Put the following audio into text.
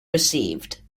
received